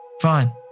Fine